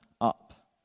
up